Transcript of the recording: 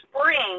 spring